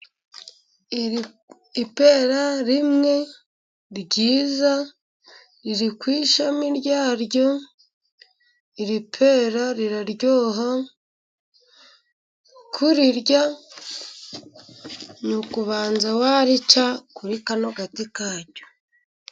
Ipera rimwe ryiza riri ku ishami ryaryo, iri pera riraryoha, kurirya ni ukubanza ukarica kuri kano gati karyo.